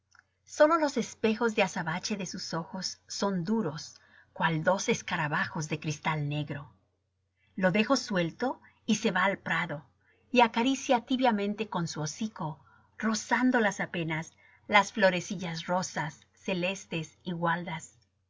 sólo los espejos de azabache de sus ojos son duros cual dos escarabajos de cristal negro lo dejo suelto y se va al prado y acaricia tibiamente con su hocico rozándolas apenas las florecillas rosas celestes